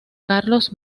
carlos